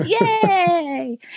yay